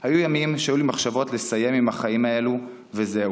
היו ימים שהיו לי מחשבות לסיים עם החיים האלה וזהו,